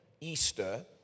Easter